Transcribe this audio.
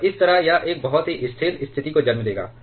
और इस तरह यह एक बहुत ही स्थिर स्थिति को जन्म देगा